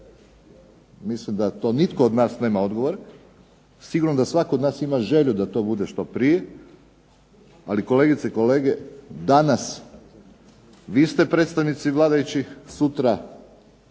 mislim da to nitko od nas nema odgovor. Sigurno da svatko od nas to želi da to bude što prije. Ali danas, vi ste predstavnici vladajućih, sutra